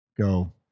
go